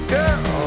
Girl